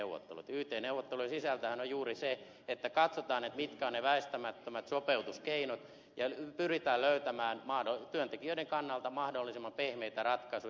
yt neuvottelujen sisältöhän on juuri se että katsotaan mitkä ovat ne väistämättömät sopeutuskeinot ja pyritään löytämään työntekijöiden kannalta mahdollisimman pehmeitä ratkaisuja